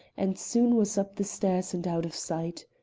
and soon was up the stairs and out of sight.